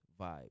vibe